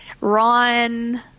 Ron